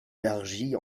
élargie